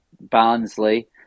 Barnsley